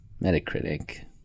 Metacritic